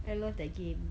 I love that game